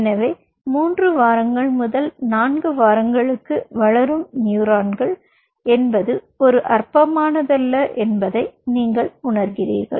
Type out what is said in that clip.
எனவே 3 4 வாரங்களுக்கு வளரும் நியூரான்கள் என்பது ஒரு அற்பமானதல்ல என்பதை நீங்கள் உணர்கிறீர்கள்